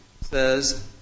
says